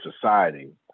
society